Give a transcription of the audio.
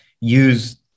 use